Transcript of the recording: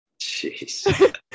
Jeez